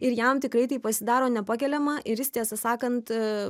ir jam tikrai tai pasidaro nepakeliama ir jis tiesą sakant